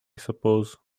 suppose